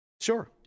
Sure